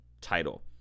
title